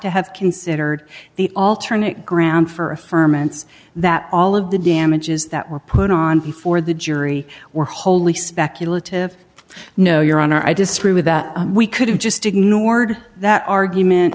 to have considered the alternate ground for a firm and that all of the damages that were put on before the jury were wholly speculative no your honor i disagree with that we could have just ignored that argument